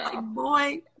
boy